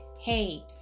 hey